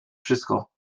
wszystko